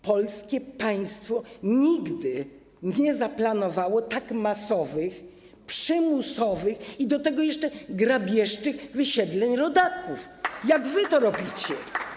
Polskie państwo nigdy nie zaplanowało tak masowych, przymusowych i do tego jeszcze grabieżczych wysiedleń rodaków, jak wy to robicie.